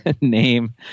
name